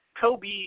Kobe